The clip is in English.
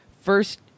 first